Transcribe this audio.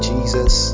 Jesus